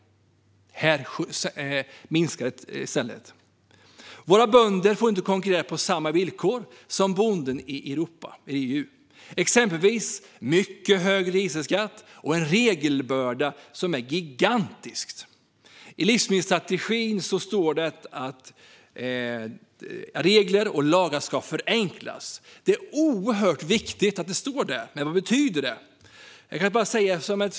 Här minskar den i stället. Våra bönder får inte konkurrera på samma villkor som bönderna i EU. Vi har exempelvis mycket hög dieselskatt och en regelbörda som är gigantisk. I livsmedelsstrategin står det att regler och lagar ska förenklas. Det är oerhört viktigt. Men vad betyder det?